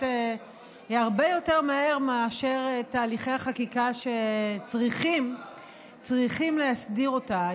הרבה יותר מאשר תהליכי החקיקה שצריכים להסדיר אותה.